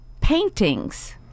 paintings